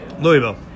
Louisville